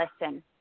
listen